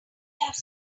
have